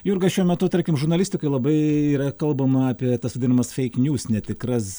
jurga šiuo metu tarkim žurnalistikoj labai yra kalbama apie tas vadinamas feikniūs netikras